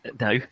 No